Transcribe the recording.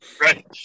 Right